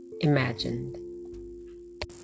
imagined